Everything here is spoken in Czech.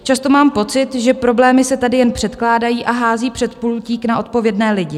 Často mám pocit, že problémy se tady jen předkládají a házejí přes pultík na odpovědné lidi.